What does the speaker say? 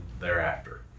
thereafter